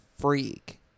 freak